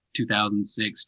2006